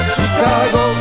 Chicago